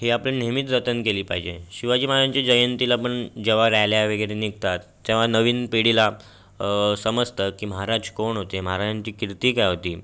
हे आपण नेहमीच जतन केली पाहिजे शिवाजी महाराजांची जयंतीला पण जेेव्हा रॅल्या वगैरे निघतात तेव्हा नवीन पिढीला समजतं की महाराज कोण होते महाराजांची कीर्ती काय होती